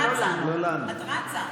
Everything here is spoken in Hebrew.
את רצה.